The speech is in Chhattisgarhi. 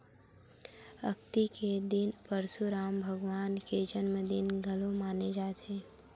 अक्ती के दिन परसुराम भगवान के जनमदिन घलोक मनाए जाथे